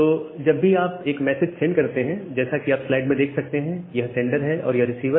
तो जब भी आप एक मैसेज सेंड करते हैं जैसा कि आप स्लाइड में देख सकते हैं यह सेंडर है और यह रिसीवर